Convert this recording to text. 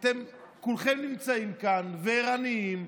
אתם כולכם נמצאים כאן וערניים,